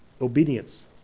obedience